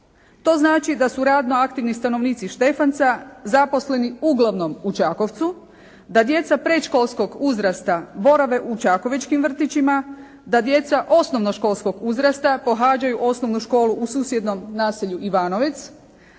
To znači da su radno aktivni stanovnici Štefanca zaposleni uglavnom u Čakovcu, da djeca predškolskog uzrasta borave u čakovečkim vrtićima, da djeca osnovnoškolskog uzrasta pohađaju osnovnu školu u susjednom naselju Ivanovec,